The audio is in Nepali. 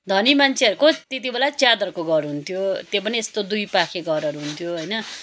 धनी मान्छेहरूको त्यतिबेला च्यादरको घर हुन्थ्यो त्यो पनि यस्तो दुईपाखे घरहरू हुन्थ्यो होइन